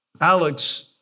Alex